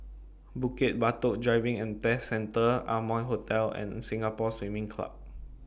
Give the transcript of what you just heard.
Bukit Batok Driving and Test Centre Amoy Hotel and Singapore Swimming Club